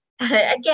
Again